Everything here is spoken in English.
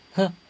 !huh!